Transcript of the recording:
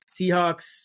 Seahawks